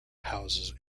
houses